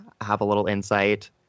havealittleinsight